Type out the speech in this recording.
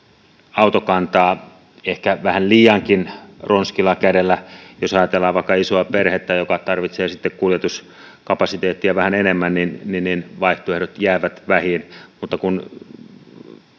autokantaa ehkä vähän liiankin ronskilla kädellä jos ajatellaan vaikka isoa perhettä joka tarvitsee sitä kuljetuskapasiteettia vähän enemmän niin vaihtoehdot jäävät vähiin mutta kun